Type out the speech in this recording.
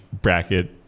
bracket